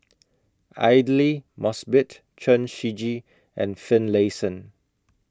Aidli Mosbit Chen Shiji and Finlayson